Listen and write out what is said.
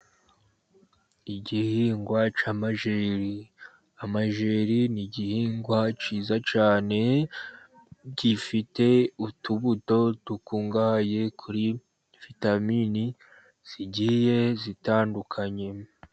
Igihingwa cy'amajeri, amajeri ni igihingwa cyiza cyane gifite utubuto dukungahaye kuri vitamini zigiye zitandukanye.